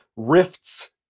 rifts